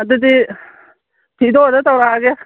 ꯑꯗꯨꯗꯤ ꯐꯤꯗꯣ ꯑꯣꯗꯔ ꯇꯧꯔꯛꯂꯒꯦ